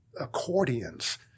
accordions